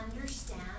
understand